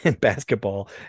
basketball